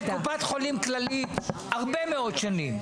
אני מכיר את קופת חולים כללי הרבה מאוד שנים.